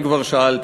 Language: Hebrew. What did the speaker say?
אם כבר שאלת.